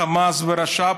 חמאס ורש"פ,